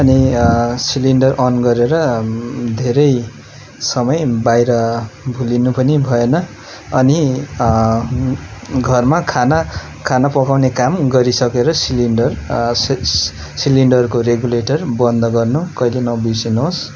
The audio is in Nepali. अनि सिलिन्डर अन गरेर धेरै समय बाहिर भुलिनु पनि भएन अनि घरमा खाना खाना पकाउने काम गरिसकेर सिलिन्डर सि सि सिलिन्डरको रेगुलेटर बन्द गर्न कहिले नबिर्सिनुहोस्